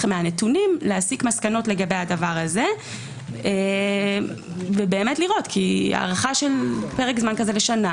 מהנתונים להסיק מסקנות לגבי הדבר הזה כי הארכה של פרק זמן כמו שנה,